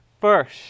first